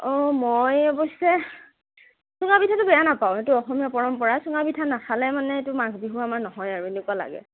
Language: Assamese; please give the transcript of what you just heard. অঁ মই অৱশ্যে চুঙা পিঠাটো বেয়া নাপাওঁ এইটো অসমীয়া পৰম্পৰা চুঙা পিঠা নাখালে মানে এইটো মাঘ বিহু আমাৰ নহয় আৰু এনেকুৱা লাগে